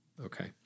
Okay